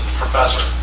professor